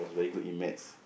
very good in maths